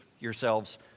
yourselves